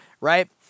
right